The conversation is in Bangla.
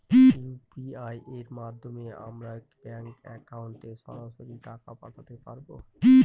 ইউ.পি.আই এর মাধ্যমে আমরা ব্যাঙ্ক একাউন্টে সরাসরি টাকা পাঠাতে পারবো?